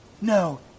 No